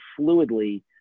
fluidly